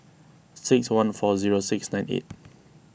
six one four zero six nine eight